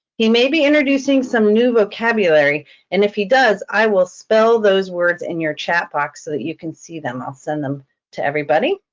he may be introducing some new vocabulary and if he does, i will spell those words in your chat box so that you can see them, i'll send them to everybody.